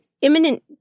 imminent